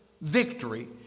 victory